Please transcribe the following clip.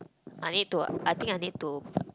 I need to I think I need to